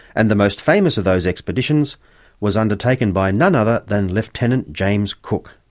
and the most famous of those expeditions was undertaken by none other than lieutenant james cook.